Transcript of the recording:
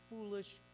foolish